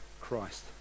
Christ